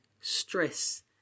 Stress